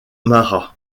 marat